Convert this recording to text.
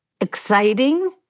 exciting